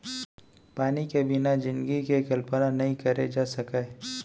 पानी के बिना जिनगी के कल्पना नइ करे जा सकय